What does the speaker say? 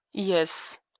yes.